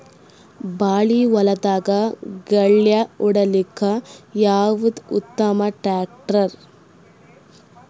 ಬಾಳಿ ಹೊಲದಾಗ ಗಳ್ಯಾ ಹೊಡಿಲಾಕ್ಕ ಯಾವದ ಉತ್ತಮ ಟ್ಯಾಕ್ಟರ್?